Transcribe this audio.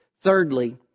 Thirdly